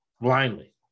blindly